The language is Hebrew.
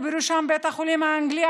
ובראשם בית החולים האנגלי,